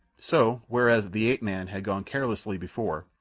so, whereas the ape-man had gone carelessly before,